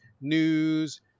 news